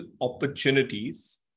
opportunities